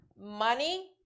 Money